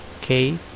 Okay